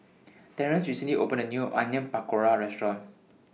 Terence recently opened A New Onion Pakora Restaurant